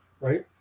right